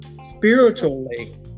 spiritually